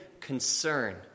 concern